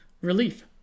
relief